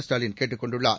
ஸ்டாலின் கேட்டுக் கொண்டுள்ளார்